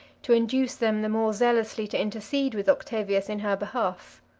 to induce them the more zealously to intercede with octavius in her behalf.